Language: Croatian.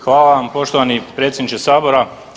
Hvala vam poštovani predsjedniče Sabora.